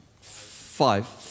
Five